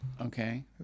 Okay